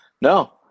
no